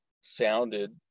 sounded